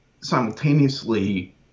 simultaneously